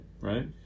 Right